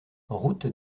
route